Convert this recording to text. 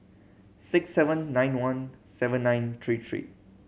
six seven nine one seven nine three three